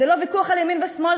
זה לא ויכוח על ימין ושמאל,